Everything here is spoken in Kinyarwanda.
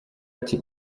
ati